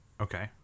okay